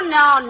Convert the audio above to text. no